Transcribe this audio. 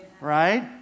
Right